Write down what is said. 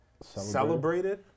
celebrated